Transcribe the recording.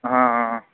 ਹਾਂ